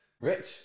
Rich